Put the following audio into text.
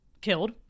killed